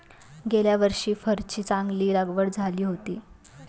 गेल्या वर्षी फरची चांगली लागवड झाली होती